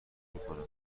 میکنم